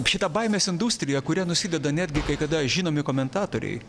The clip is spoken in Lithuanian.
šita baimės industrija kuria nusideda netgi kai kada žinomi komentatoriai